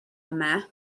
yma